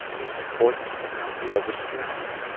its importance cannot be overstressed,